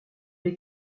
les